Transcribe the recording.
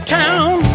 town